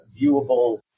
viewable